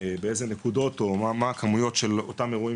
באיזה נקודות ומה הכמויות של אותם האירועים